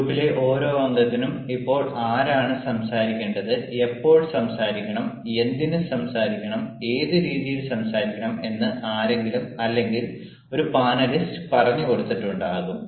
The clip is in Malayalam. ഗ്രൂപ്പിലെ ഓരോ അംഗത്തിനും ഇപ്പോൾ ആരാണ് സംസാരിക്കേണ്ടത് എപ്പോൾ സംസാരിക്കണം എന്തിന് സംസാരിക്കണം ഏത് രീതിയിൽ സംസാരിക്കണം എന്ന് ആരെങ്കിലും അല്ലെങ്കിൽ ഒരു പാനലിസ്റ്റ് പറഞ്ഞു കൊടുത്തിട്ടുണ്ടാവും